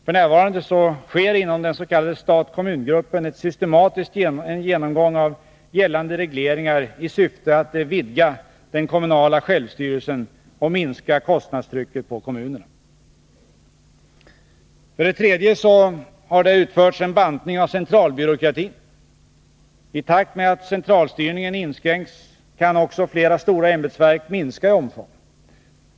F.n. sker inom den s.k. stat-kommun-gruppen en systematisk genomgång av gällande regleringar i syfte att vidga den kommunala självstyrelsen och minska kostnadstrycket på kommunerna. För det tredje har det utförts en bantning av centralbyråkratin. I takt med att centralstyrningen inskränkts kan också flera stora ämbetsverk minska i omfång.